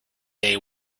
day